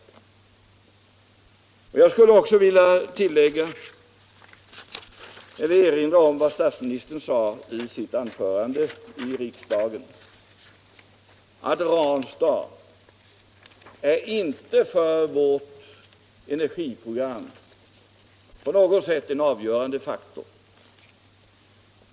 Jag skulle också vilja erinra om att statsministern här i riksdagen sagt att Ranstad inte är för vårt energiprogram på något sätt en avgörande faktor.